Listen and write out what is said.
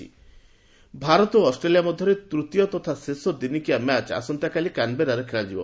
cricket Bharat ଓ Australia ମଧ୍ୟରେ ତୂତୀୟ ତଥା ଶେଷ ଦିନିକିଆ ମ୍ୟାଚ୍ ଆସନ୍ତାକାଲି କାନ୍ବେରାରେ ଖେଳାଯିବ